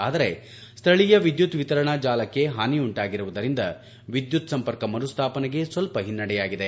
ಆದರೆ ಸ್ಲಳೀಯ ವಿದ್ಯುತ್ ವಿತರಣಾ ಜಾಲಕ್ಕೆ ಹಾನಿಯುಂಟಾಗಿರುವುದರಿಂದ ವಿದ್ಯುತ್ ಸಂಪರ್ಕ ಮರುಸ್ಲಾಪನೆಗೆ ಸ್ನಲ್ಪ ಹಿನ್ನೆಡೆಯಾಗಿದೆ